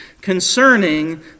concerning